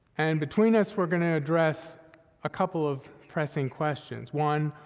and between us, we're gonna address a couple of pressing questions. one,